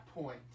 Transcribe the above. point